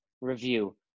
review